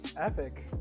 Epic